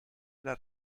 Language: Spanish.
era